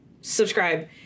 subscribe